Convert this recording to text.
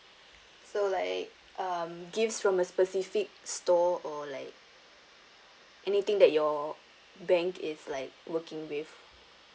so like um gifts from a specific store or like anything that your bank is like working with